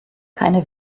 keine